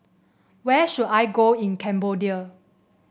where should I go in Cambodia